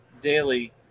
daily